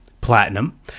Platinum